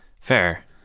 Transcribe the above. Fair